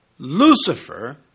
Lucifer